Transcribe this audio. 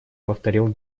повторил